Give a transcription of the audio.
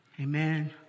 Amen